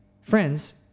Friends